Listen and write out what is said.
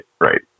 right